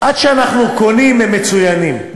עד שאנחנו קונים הם מצוינים.